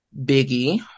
Biggie